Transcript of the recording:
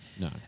No